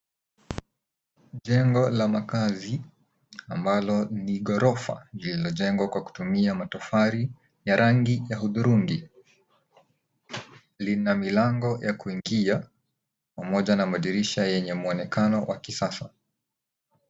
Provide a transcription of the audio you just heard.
Jengo la makazi , ambalo ni la ghorofa lililojengwa kwa kutumia matofali ya rangi ya hudhurungi. Lina milango ya kuingia, pamoja na madirisha yenye mwonekano wa kisasa.